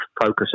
focus